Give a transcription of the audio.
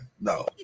no